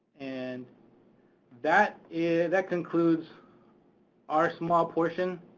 and that is, that concludes our small portion.